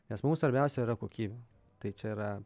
nes mums svarbiausia yra kokybė tai čia yra